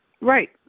Right